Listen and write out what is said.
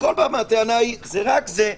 ובכל פעם הטענה היא: זה רק זה,